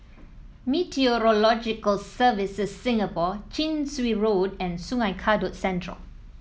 Meteorological Services Singapore Chin Swee Road and Sungei Kadut Central